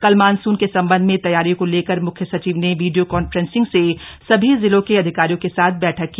कल मानसून के संबंध में तैयारियों को लेकर मुख्य सचिव ने वीडियो कॉन्फ्रेंसिंग से सभी जिलों के अधिकारियों के साथ बैठक की